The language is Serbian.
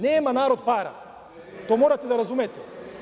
Nema narod para, to morate da razumete.